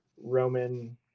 roman